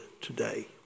today